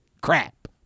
Crap